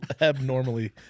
abnormally